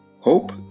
Hope